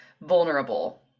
vulnerable